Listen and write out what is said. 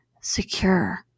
secure